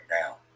now